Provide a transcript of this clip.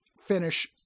finish